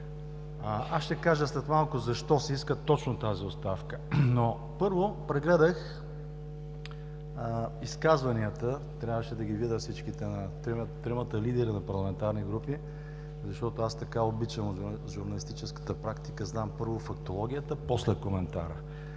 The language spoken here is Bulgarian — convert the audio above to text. Аз ще кажа след малко защо се иска точно тази оставка. Но, първо, прегледах изказванията – трябваше да ги видя всичките, на тримата лидери на парламентарни групи, защото аз така обичам. В журналистическата практика – знам, първо, фактологията, после коментара.